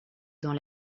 dans